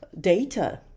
data